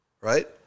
right